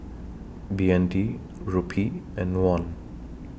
B N D Rupee and Won